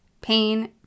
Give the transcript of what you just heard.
pain